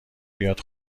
بیاد